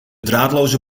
draadloze